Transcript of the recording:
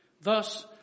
Thus